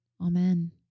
Amen